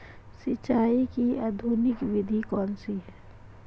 सिंचाई की आधुनिक विधि कौनसी हैं?